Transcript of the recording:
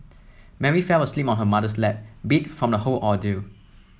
Mary fell asleep on her mother's lap beat from the whole ordeal